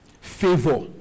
favor